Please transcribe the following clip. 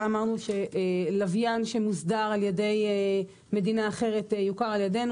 אמרנו שלוין שמוסדר על ידי מדינה אחרת יוכר על ידינו.